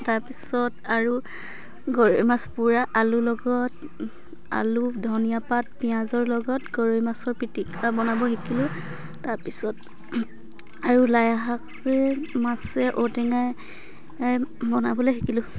তাৰপিছত আৰু গৰৈ মাছ পোৰা আলুৰ লগত আলু ধনীয়া পাত পিঁয়াজৰ লগত গৰৈ মাছৰ পিটিকা বনাব শিকিলোঁ তাৰপিছত আৰু লাই শাকে মাছে ঔটেঙাই বনাবলৈ শিকিলোঁ